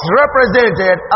represented